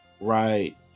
Right